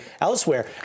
elsewhere